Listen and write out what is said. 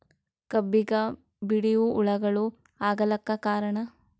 ಕಬ್ಬಿಗ ಬಿಳಿವು ಹುಳಾಗಳು ಆಗಲಕ್ಕ ಕಾರಣ?